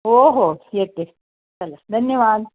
हो हो येते चला धन्यवाद